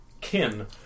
kin